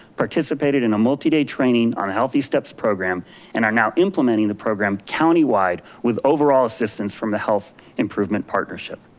participated in a multi day training on a healthysteps program and are now implementing the program countywide with overall assistance from the health improvement partnership.